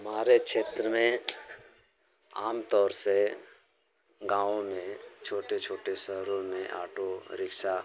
हमारे क्षेत्र में आम तौर से गाँवों में छोटे छोटे शहरों में ऑटो रिक्शा